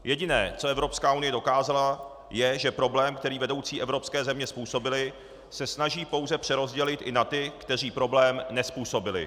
Jediné, co Evropská unie dokázala, je, že problém, který vedoucí evropské země způsobily, se snaží pouze přerozdělit i na ty, kteří problém nezpůsobily.